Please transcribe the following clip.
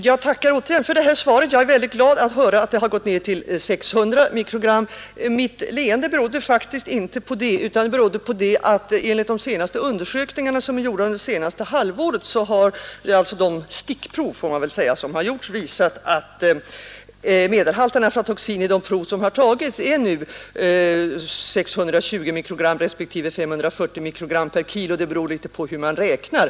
Herr talman! Jag tackar även för det här svaret. Jag är väldigt glad att höra att man har gått ned till 600 mikrogram. Mitt leende berodde faktiskt inte på detta, utan det berodde på att enligt de undersökningar som är gjorda under det senaste halvåret har de stickprov, får man väl säga, som gjorts visat att medelhalten aflatoxin i proven är 620 respektive 540 mikrogram per kilo — det beror litet på hur man räknar.